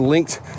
linked